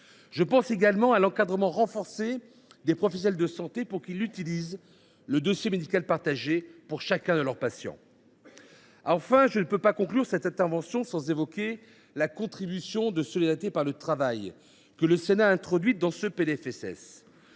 Je pense également à l’encadrement renforcé des professionnels de santé pour qu’ils utilisent le dossier médical partagé (DMP) pour chacun de leurs patients. Enfin, je ne peux conclure sans évoquer la contribution de solidarité par le travail que le Sénat a introduite dans ce PLFSS.